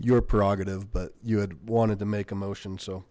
your prerogative but you had wanted to make a motion so